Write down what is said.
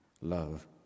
love